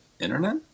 internet